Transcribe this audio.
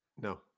No